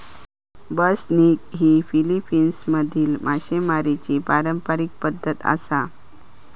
बसनिग ही फिलीपिन्समधली मासेमारीची पारंपारिक पद्धत आसा